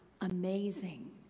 amazing